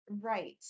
Right